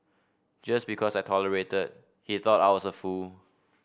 just because I tolerated he thought I was a fool